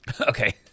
okay